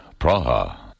Praha